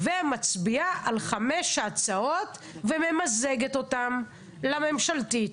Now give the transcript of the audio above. מצביעה על חמש ההצעות וממזגת אותן לממשלתית.